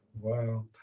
Wow